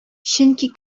чөнки